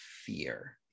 fear